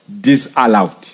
disallowed